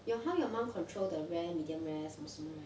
your how your mum control the rare medium rare 什么什么